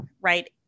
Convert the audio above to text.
right